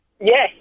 Yes